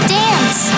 dance